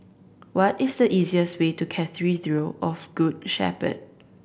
what is the easiest way to Cathedral zero of Good Shepherd